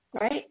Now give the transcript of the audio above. Right